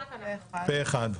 הצבעה בעד פה אחד אושר.